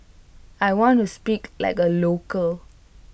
I want to speak like A local